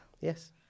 Yes